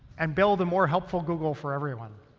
and build a more helpful google for everyone.